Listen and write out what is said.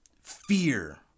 fear